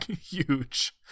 huge